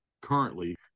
currently